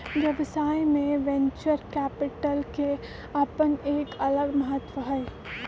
व्यवसाय में venture capital के अपन एक अलग महत्व हई